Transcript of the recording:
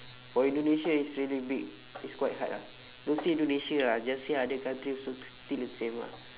for indonesia it's really big it's quite hard ah don't say indonesia ah just say other countries also still the same ah